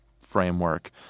framework